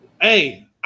Hey